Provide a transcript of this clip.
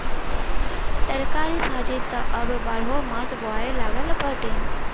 तरकारी भाजी त अब बारहोमास बोआए लागल बाटे